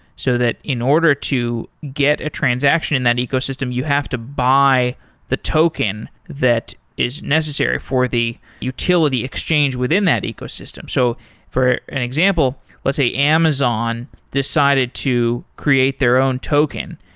so that in order to get a transaction in that ecosystem you have to buy the token that is necessary for the utility exchange within that ecosystem. so for an example, let's say amazon decided to create their own token.